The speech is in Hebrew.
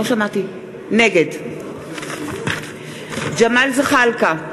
נגד ג'מאל זחאלקה,